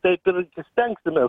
taip ir stengsimės